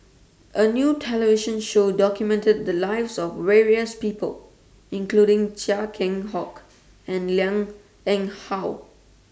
A New television Show documented The Lives of various People including Chia Keng Hock and Liang Eng How